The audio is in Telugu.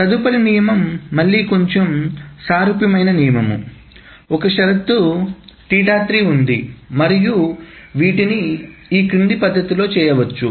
తదుపరి నియమం మళ్లీ కొంచెం సారూప్యమైన నియమం ఒక షరతు ఉంది మరియు వీటిని ఈ క్రింది పద్ధతిలో చేయవచ్చు